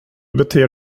beter